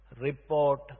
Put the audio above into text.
report